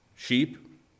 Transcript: Sheep